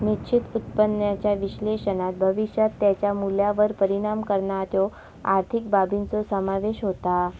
निश्चित उत्पन्नाच्या विश्लेषणात भविष्यात त्याच्या मूल्यावर परिणाम करणाऱ्यो आर्थिक बाबींचो समावेश होता